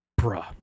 bruh